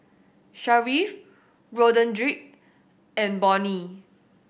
Sharif Roderick and Bonnie